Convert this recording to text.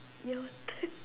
your turn